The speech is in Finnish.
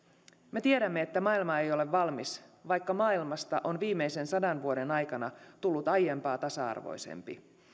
me tiedämme että maailma ei ole valmis vaikka maailmasta on viimeisen sadan vuoden aikana tullut aiempaa tasa arvoisempi